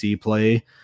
play